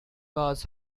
was